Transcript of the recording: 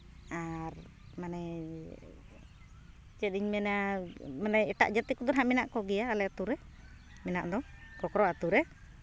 ᱟᱨ ᱢᱟᱱᱮ ᱪᱮᱫ ᱤᱧ ᱢᱮᱱᱟ ᱢᱟᱱᱮ ᱮᱴᱟᱜ ᱡᱟᱹᱛᱤ ᱠᱚᱫᱚ ᱦᱟᱸᱜ ᱢᱮᱱᱟᱜ ᱠᱚᱜᱮᱭᱟ ᱟᱞᱮ ᱟᱹᱛᱩᱨᱮ ᱢᱮᱱᱟᱜ ᱠᱷᱚᱠᱨᱚ ᱟᱹᱛᱩᱨᱮ